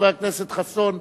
חבר הכנסת חסון,